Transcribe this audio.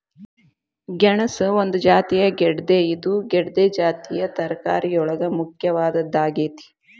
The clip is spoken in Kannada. ಗೆಣಸ ಒಂದು ಜಾತಿಯ ಗೆಡ್ದೆ ಇದು ಗೆಡ್ದೆ ಜಾತಿಯ ತರಕಾರಿಯೊಳಗ ಮುಖ್ಯವಾದದ್ದಾಗೇತಿ